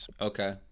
Okay